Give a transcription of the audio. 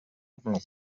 admiral